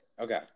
okay